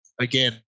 Again